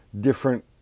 different